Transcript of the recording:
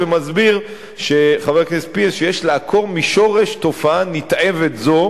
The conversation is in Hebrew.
ומסביר חבר הכנסת פינס ש"יש לעקור משורש תופעה נתעבת זו"